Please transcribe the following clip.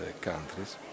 countries